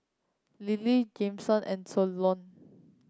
Lillie Jameson and Solon